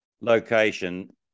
location